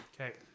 Okay